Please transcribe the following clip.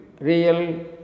real